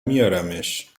میارمش